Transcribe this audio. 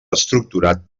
estructurat